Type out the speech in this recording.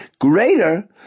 greater